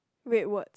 red words